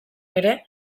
ere